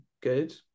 good